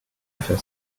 für